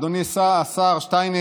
אדוני השר שטייניץ,